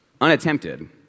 unattempted